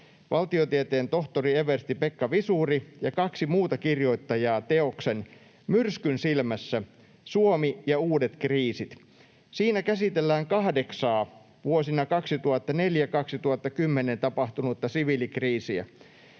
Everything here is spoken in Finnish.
valtiotieteen tohtori, eversti Pekka Visuri ja kaksi muuta kirjoittajaa teoksen ’Myrskyn silmässä: Suomi ja uudet kriisit’. Siinä käsitellään kahdeksaa vuosina 2004–2010 tapahtunutta siviilikriisiä.